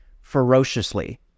ferociously